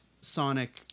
sonic